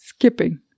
Skipping